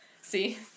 See